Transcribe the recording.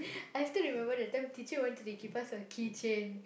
I still remember that time teacher wanted to give us a key chain